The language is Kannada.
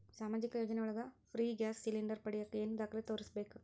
ಸಾಮಾಜಿಕ ಯೋಜನೆ ಒಳಗ ಫ್ರೇ ಗ್ಯಾಸ್ ಸಿಲಿಂಡರ್ ಪಡಿಯಾಕ ಏನು ದಾಖಲೆ ತೋರಿಸ್ಬೇಕು?